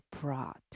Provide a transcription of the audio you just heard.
brought